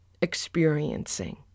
experiencing